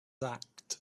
act